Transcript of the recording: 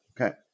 Okay